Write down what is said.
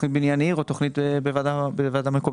תוכנית בניין עיר או תוכנית בוועדה מקומית.